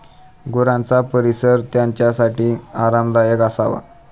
गुरांचा परिसर त्यांच्यासाठी आरामदायक असावा